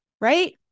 right